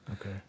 Okay